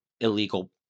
illegal